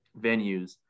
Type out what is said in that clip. venues